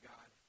God